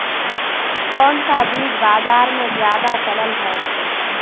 कोन सा बीज बाजार में ज्यादा चलल है?